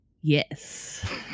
Yes